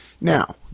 Now